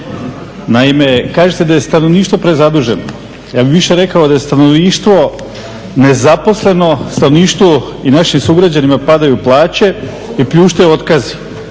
Naime, kaže se da je stanovništvo prezaduženo, ja bih više rekao da je stanovništvo nezaposleno, stanovništvu i našim sugrađanima padaju plaće i pljuštaju otkazi,